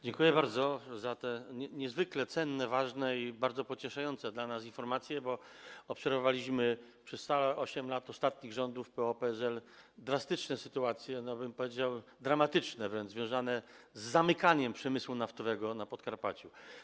Dziękuję bardzo za te niezwykle cenne, ważne i bardzo pocieszające dla nas informacje, bo obserwowaliśmy przez całe 8 lat ostatnich rządów PO-PSL drastyczne sytuacje, powiedziałbym wręcz, że dramatyczne, związane z zamykaniem przemysłu naftowego na Podkarpaciu.